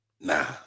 Nah